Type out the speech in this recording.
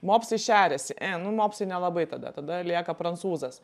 mopsai šeriasi e nu mopsai nelabai tada tada lieka prancūzas